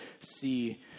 see